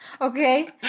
Okay